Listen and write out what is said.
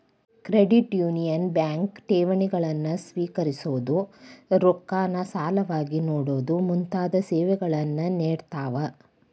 credit union bank ಠೇವಣಿಗಳನ್ನ ಸ್ವೇಕರಿಸೊದು, ರೊಕ್ಕಾನ ಸಾಲವಾಗಿ ನೇಡೊದು ಮುಂತಾದ ಸೇವೆಗಳನ್ನ ನೇಡ್ತಾವ